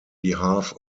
behalf